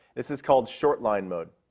this is called short line mode,